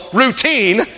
routine